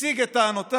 מציג את טענותיו